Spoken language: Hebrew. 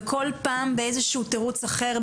וכל פעם באיזה שהוא תירוץ אחר,